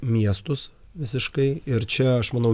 miestus visiškai ir čia aš manau